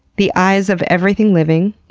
the eyes of everything living.